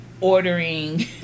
ordering